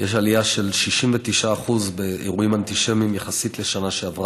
יש עלייה של 69% באירועים אנטישמיים יחסית לשנה שעברה,